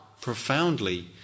profoundly